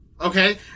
Okay